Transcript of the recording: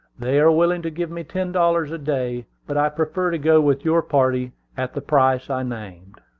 they are willing to give me ten dollars a day but i prefer to go with your party at the price i named.